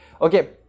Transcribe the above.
okay